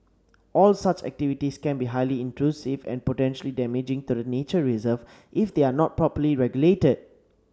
all such activities can be highly intrusive and potentially damaging to the nature reserves if they are not properly regulated